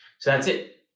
so that's it!